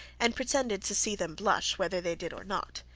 and pretended to see them blush whether they did or not.